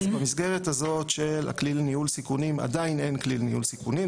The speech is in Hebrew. במסגרת הזאת של הכלי לניהול סיכונים עדיין אין כלי לניהול סיכונים,